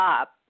up